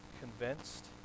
convinced